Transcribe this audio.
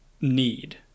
need